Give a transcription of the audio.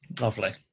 Lovely